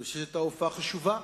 אני חושב שהיתה הופעה חשובה,